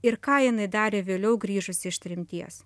ir ką jinai darė vėliau grįžusi iš tremties